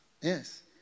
Yes